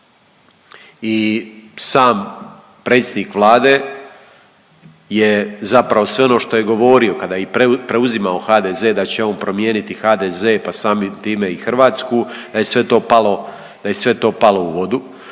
I sam predsjednik Vlade je zapravo, sve ono što je govorio kada je i preuzimao HDZ, da će on promijeniti HDZ pa samim time i Hrvatsku, da je sve to palo, da